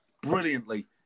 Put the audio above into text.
brilliantly